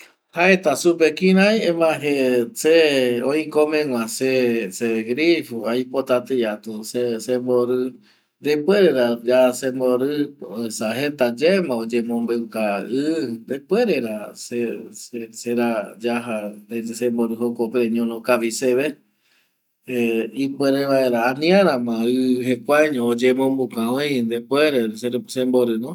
Jaeta supe kirai, emae je se oikomegua se segrifo aipota tei atu sembori, depuere ra ya sembori esa jeta yaema oyemombuka i, ndepuere ra se yaja sembori jokope reñono kavi seve eh ipuere vaera, aniara ma i jekuaeño oyemombuka oi ndepuere sembori no